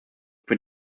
für